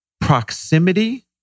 proximity